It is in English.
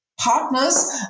partners